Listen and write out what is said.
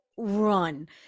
run